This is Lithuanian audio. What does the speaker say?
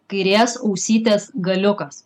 kairės ausytės galiukas